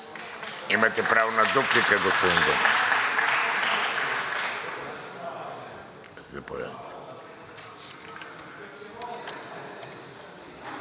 Имате право на дуплика, господин